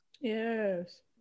Yes